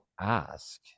ask